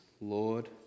Lord